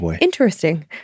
interesting